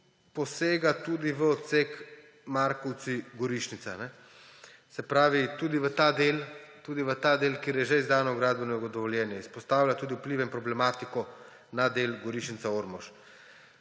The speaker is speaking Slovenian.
posega tudi v odsek Markovci–Gorišnica, se pravi tudi v ta del, kjer je že izdano gradbeno dovoljenje. Izpostavlja tudi vplive in problematiko na del Gorišnica–Ormož.